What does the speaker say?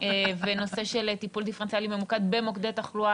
-- ונושא של טיפול דיפרנציאלי ממוקד במוקדי תחלואה,